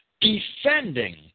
defending